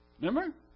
Remember